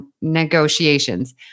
negotiations